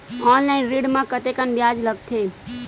Online ऋण म कतेकन ब्याज लगथे?